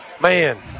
Man